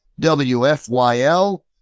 WFYL